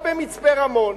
או במצפה-רמון?